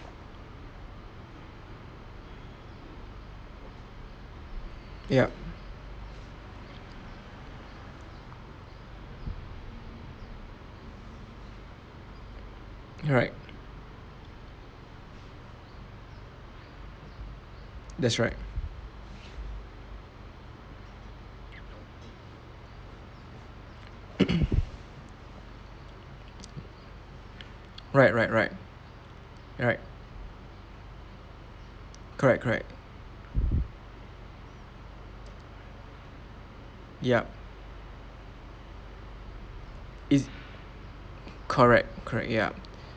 yup right that's right right right right right correct correct yup it's correct correct yup